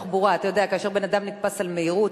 כשאדם נתפס על מהירות,